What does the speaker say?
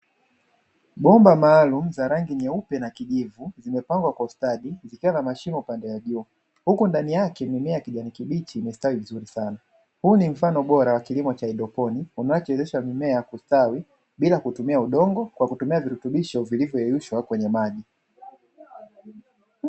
Bomba maalumu za rangi nyeupe na kijivu zimepangwa kwa ustadi zikiwa na mashimo kwa juu, huku ndani yake mimea ya kijani kibichi imestawi vizuri sana. Huu ni mfano bora wa kilimo cha haidroponi unachowezesha mimea kustawi, bila kutumia udongo kwa kutumia virutubisho vilivyoyeyushwa kwenye maji.